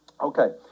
Okay